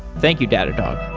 thank you, datadog.